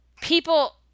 people